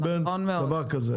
לבין דבר כזה.